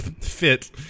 fit